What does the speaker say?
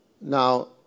Now